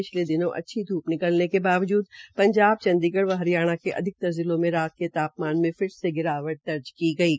पिछले दिनों अच्छी धूप खिलने के बावजूद पंजाब चंडीगढ़ व हरियाणा के अधिकतर जिलों में रात का तापमान मे फिर से गिरावट दर्जकी गई है